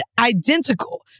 identical